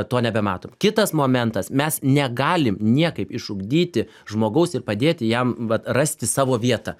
to nebematom kitas momentas mes negalim niekaip išugdyti žmogaus ir padėti jam vat rasti savo vietą